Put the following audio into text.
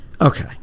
Okay